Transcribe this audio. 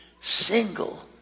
single